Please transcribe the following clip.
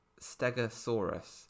Stegosaurus